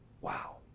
Wow